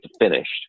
finished